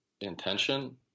intention